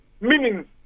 meaning